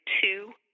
two